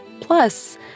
Plus